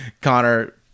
Connor